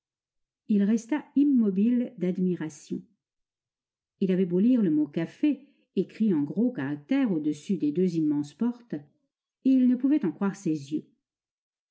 il resta immobile d'admiration il avait beau lire le mot café écrit en gros caractères au-dessus des deux immenses portes il ne pouvait en croire ses yeux